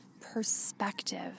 perspective